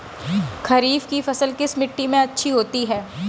खरीफ की फसल किस मिट्टी में अच्छी होती है?